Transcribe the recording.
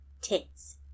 Tits